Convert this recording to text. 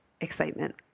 excitement